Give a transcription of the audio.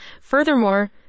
Furthermore